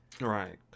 Right